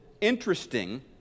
interesting